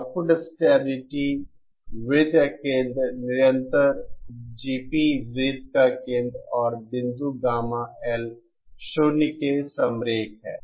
output stability वृत्त का केंद्र निरंतर GP वृत्त का केंद्र और बिंदु गामा L 0 के समरेख है